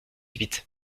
huit